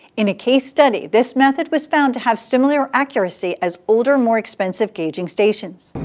in a case study, this method was found to have similar accuracy as older, more expensive gaging stations.